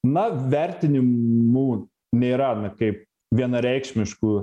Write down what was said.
na vertinimų nėra na kaip vienareikšmiškų